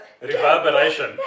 ...reverberation